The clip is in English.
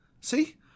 See